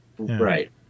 Right